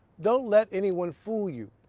don't let anyone fool you.